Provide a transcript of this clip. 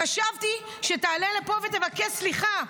חשבתי שתעלה לפה ותבקש סליחה.